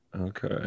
Okay